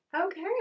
Okay